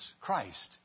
Christ